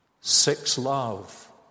Six-love